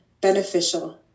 beneficial